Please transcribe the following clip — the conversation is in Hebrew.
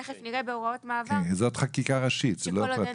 תיכף נראה בהוראות מעבר שכל עוד אין